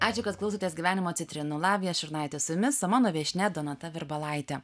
ačiū kad klausotės gyvenimo citrinų lavija šurnaitė su jumis o mano viešnia donata virbilaitė